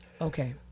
Okay